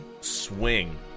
swing